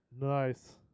Nice